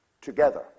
together